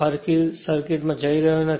અને ફરીથી હું સર્કિટમાં નથી જઈ રહ્યો